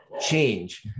change